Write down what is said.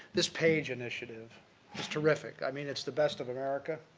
this page initiative is terrific. i mean, it's the best of america.